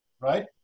right